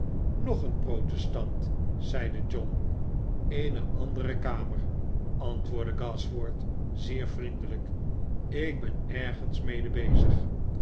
nog een protestant zeide john eene andere kamer antwoordde gashford zeer vriendelijk ik ben ergens mede bezig